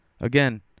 Again